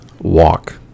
walk